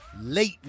late